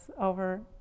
over